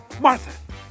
Martha